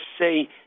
say